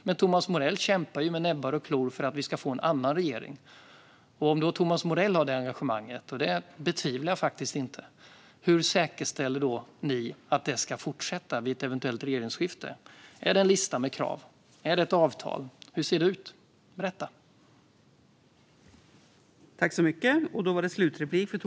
Men Thomas Morell kämpar ju med näbbar och klor för att vi ska få en annan regering. Om Thomas Morell har det här engagemanget, och det betvivlar jag faktiskt inte, hur säkerställer ni då att det ska fortsätta vid ett eventuellt regeringsskifte? Blir det en lista med krav, ett avtal? Hur ser det ut? Berätta!